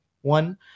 one